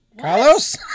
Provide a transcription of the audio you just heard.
Carlos